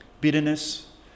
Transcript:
bitterness